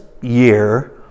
year